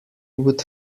would